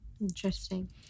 Interesting